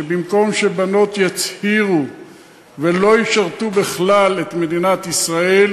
שבמקום שבנות יצהירו ולא ישרתו בכלל את מדינת ישראל,